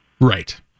Right